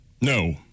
No